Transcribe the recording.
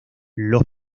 los